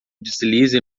deslize